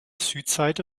südseite